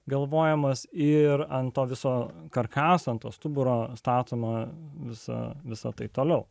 galvojamas ir ant viso karkasą ant to stuburo statoma visa visa tai toliau